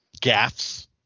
gaffs